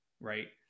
right